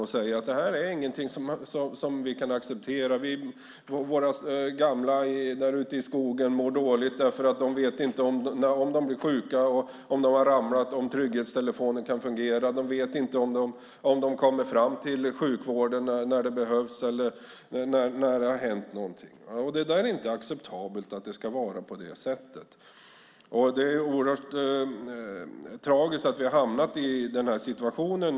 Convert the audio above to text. De säger: Det här inte något som vi kan acceptera. Våra gamla ute i skogen mår dåligt, för de vet inte om trygghetstelefonen kan fungera om de blir sjuka eller har ramlat. De vet inte om de kommer fram till sjukvården när det behövs och det har hänt något. Det är inte acceptabelt att det ska vara på det sättet. Det är oerhört tragiskt att vi har hamnat i den här situationen.